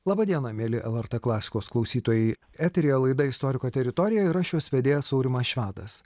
laba diena mieli lrt klasikos klausytojai eteryje laida istoriko teritorija ir aš jos vedėjas aurimas švedas